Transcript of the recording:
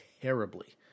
terribly